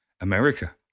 America